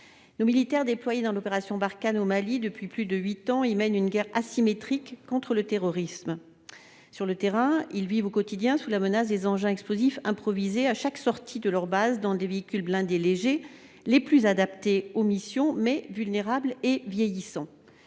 Nos militaires déployés dans l'opération Barkhane au Mali depuis plus de huit ans mènent une guerre asymétrique contre le terrorisme. Sur le terrain, ils vivent quotidiennement sous la menace d'engins explosifs improvisés, à chaque sortie de leur base, dans des véhicules blindés légers, les plus adaptés aux missions, mais qui sont vulnérables et vieillissants.